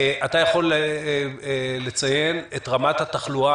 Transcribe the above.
אתה יכול לציין את רמת התחלואה,